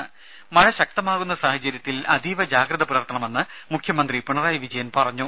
രുമ മഴ ശക്തമാവുന്ന സാഹചര്യത്തിൽ അതീവ ജാഗ്രത്തി പുലർത്തണമെന്ന് മുഖ്യമന്ത്രി പിണറായി വിജയൻ പറഞ്ഞു